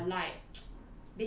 ya like